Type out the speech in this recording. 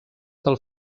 del